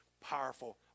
powerful